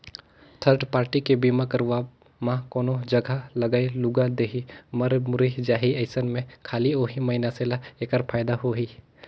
third party के बीमा करवाब म कोनो जघा लागय लूगा देही, मर मुर्री जाही अइसन में खाली ओही मइनसे ल ऐखर फायदा होही